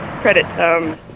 credit